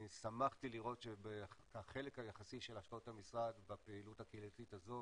אני שמחתי לראות שהחלק היחסי של השקעות המשרד בפעילות הקהילתית הזו